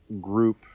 group